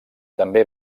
també